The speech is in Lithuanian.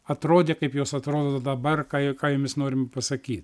atrodė kaip jos atrodo dabar kai ką jomis norim pasakyt